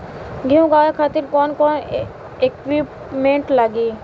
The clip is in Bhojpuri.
गेहूं उगावे खातिर कौन कौन इक्विप्मेंट्स लागी?